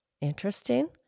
interesting